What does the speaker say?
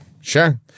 Sure